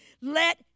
let